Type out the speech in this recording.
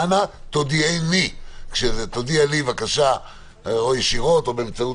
ואנא תודיע לי בבקשה ישירות או באמצעות